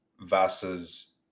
versus